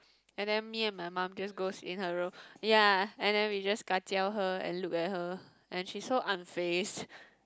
and then me and my mum just goes into her room ya and then we just kacau her and look at her and she's so unfazed